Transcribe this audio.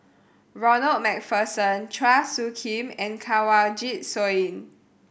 Ronald Macpherson Chua Soo Khim and Kanwaljit Soin